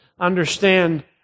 understand